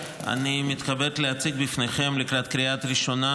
אני מתכבד להציג בפניכם לקראת קריאה ראשונה,